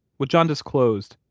what john disclosed,